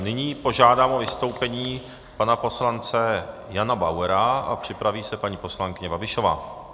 Nyní požádám o vystoupení pana poslance Jana Bauera a připraví se paní poslankyně Babišová.